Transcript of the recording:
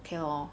K lor